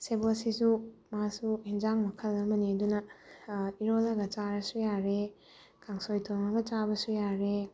ꯁꯦꯕꯣꯠꯁꯤꯁꯨ ꯃꯥꯁꯨ ꯑꯦꯟꯖꯥꯡ ꯃꯈꯜ ꯑꯃꯅꯦ ꯑꯗꯨꯅ ꯏꯔꯣꯜꯂꯒ ꯆꯥꯔꯁꯨ ꯌꯥꯔꯦ ꯀꯥꯡꯁꯣꯏ ꯊꯣꯡꯉꯒ ꯆꯥꯕꯁꯨ ꯌꯥꯔꯦ